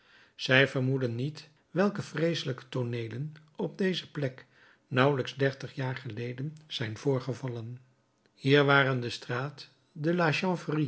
zij vermoeden niet welke vreeselijke tooneelen op deze plek nauwelijks dertig jaar geleden zijn voorgevallen hier waren de straat de